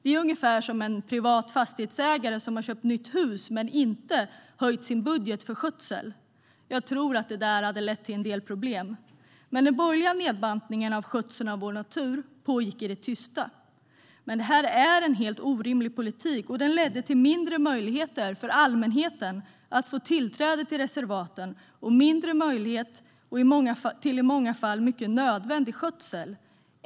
Det är ungefär som en privat fastighetsägare som har köpt nytt hus men inte höjt sin budget för skötsel. Jag tror att det hade lett till en del problem. Den borgerliga nedbantningen av skötseln av vår natur pågick i det tysta. Det var en helt orimlig politik som ledde till mindre möjligheter för allmänheten att få tillträde till reservaten och mindre möjligheter till i många fall helt nödvändig skötsel.